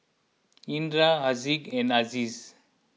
Indra Haziq and Aziz